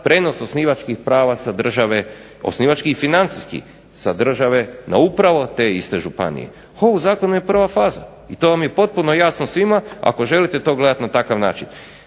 prijenos osnivačkih prava sa države osnivačkih i financijskih sa države na upravo te iste županije. Ovo u zakonu je prva faza i to vam je potpuno jasno svima ako želite to gledati na takav način.